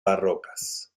barrocas